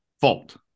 fault